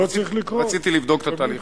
רציתי לבדוק את התהליך.